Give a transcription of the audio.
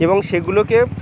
এবং সেগুলোকে